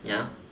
ya